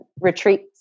retreats